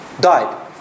died